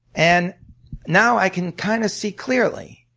and now i can kind of see clearly,